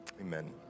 Amen